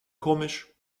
komisch